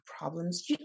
problems